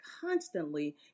constantly